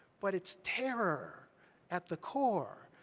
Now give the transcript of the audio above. but it's terror at the core,